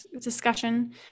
discussion